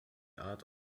art